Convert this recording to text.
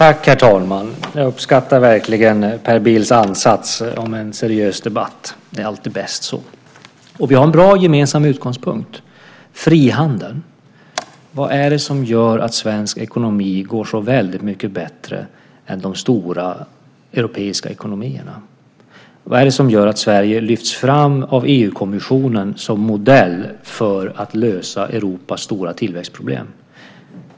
Herr talman! Jag uppskattar verkligen Per Bills ansats till en seriös debatt. Det är alltid bäst så. Vi har en bra gemensam utgångspunkt: frihandeln. Vad är det som gör att svensk ekonomi går så väldigt mycket bättre än de stora europeiska ekonomierna? Vad är det som gör att Sverige lyfts fram av EU-kommissionen som modell för att lösa Europas stora tillväxtproblem?